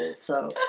ah so